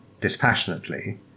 dispassionately